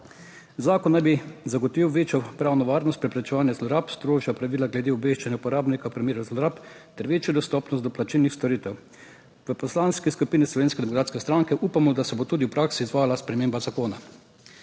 Zakon naj bi zagotovil večjo pravno varnost preprečevanja zlorab, strožja pravila glede obveščanja uporabnika v primeru zlorab ter večjo dostopnost do plačilnih storitev. V Poslanski skupini Slovenske demokratske stranke upamo, da se bo tudi v praksi izvajala sprememba Zakona.